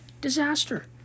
Disaster